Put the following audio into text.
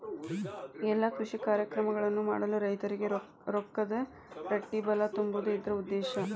ಎಲ್ಲಾ ಕೃಷಿ ಕಾರ್ಯಕ್ರಮಗಳನ್ನು ಮಾಡಲು ರೈತರಿಗೆ ರೊಕ್ಕದ ರಟ್ಟಿಬಲಾ ತುಂಬುದು ಇದ್ರ ಉದ್ದೇಶ